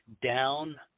down